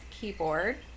keyboard